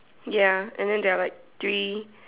ya and then they're like three